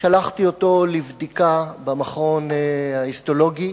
שלחתי אותו לבדיקה במכון ההיסטולוגי,